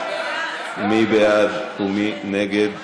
מי בעד ומי נגד?